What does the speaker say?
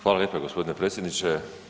Hvala lijepo g. predsjedniče.